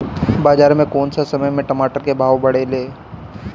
बाजार मे कौना समय मे टमाटर के भाव बढ़ेले?